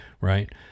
Right